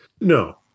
No